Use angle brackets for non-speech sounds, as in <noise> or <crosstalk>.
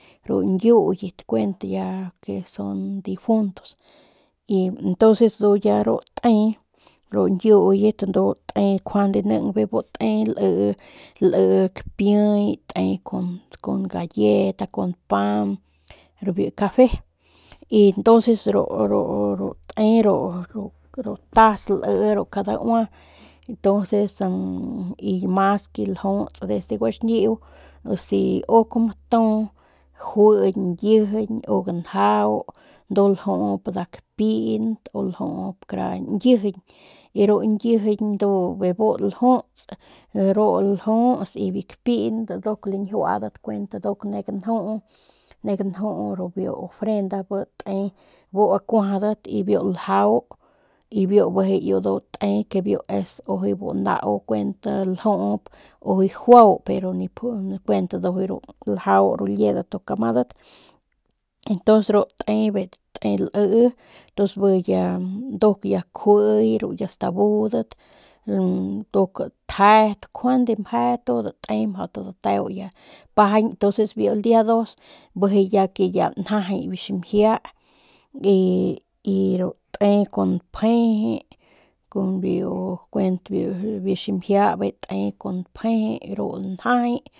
Ru ñkiuyat kuent ya que son difuntos y entonces ya de ru te ru ñkiuyet ndu njuande be bu te lii kun kapiey lii kun galleta kun pan biu cafe y entonces ru te ru ru ru ru tas lii ru kadaua tonces <hesitation> y mas que ljuts desde guaxñiu si uk matu juiñ ñkijiñ u ganjau ndu ljuup nda kapiint ljup kara ñkijiñ y ru ñkijiñ ndu bebu ljuts ndu ljuts y biu kapint ndu lañjiuadat nduk kuent ne ganjuu biu ofrenda bi te bu kuajadat biu ljau y biu bijiy te y es ujuy es bu nau kuent ljup ujuy juau pero nip kuent ndujuy ru ljau ru liedat nduk amadat ntons ru bijiy te te lii ntons nduk ya kjuiiy y ya stabudat <hesitation> nduk tjet njuande te meje todo te ya pajañ ya mjau t dateo entonces biu el dia dos bijiy ya njajay biu ximjia ru te kun nfjeje kun biu kuent biu ximjia te kun nfjeje njajay.